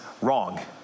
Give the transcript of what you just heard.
wrong